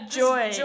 joy